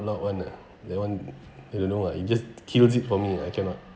loud one ah that one I don't know lah it just kills it for me I cannot